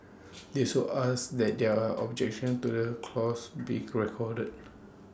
they are so asked that their objection to the clause be correct corded